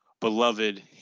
beloved